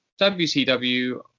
WCW